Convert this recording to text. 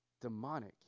demonic